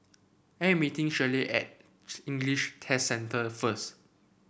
I'm meeting Shellie at English Test Centre first